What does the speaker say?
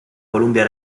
columbia